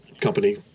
company